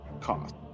cost